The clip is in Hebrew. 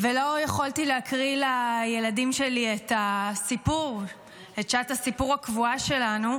ולא יכולתי להקריא לילדים שלי את הסיפור בשעת הסיפור הקבועה שלנו,